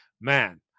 man